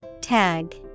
Tag